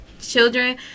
children